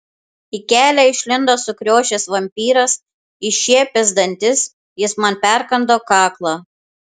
į kelią išlindo sukriošęs vampyras iššiepęs dantis jis man perkando kaklą